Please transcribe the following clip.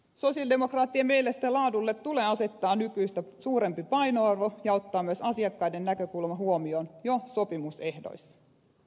sosialidemokraattien mielestä laadulle tulee asettaa nykyistä suurempi painoarvo ja ottaa myös asiakkaiden näkökulma huomioon jo sopimusehdoissa